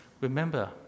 Remember